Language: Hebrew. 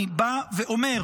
אני בא ואומר: